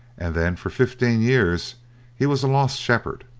and then for fifteen years he was a lost shepherd.